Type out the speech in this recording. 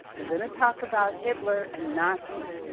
i'm gonna talk about hitler and nazis.